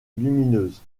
lumineuse